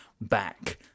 back